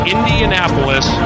Indianapolis